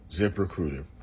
ZipRecruiter